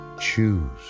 choose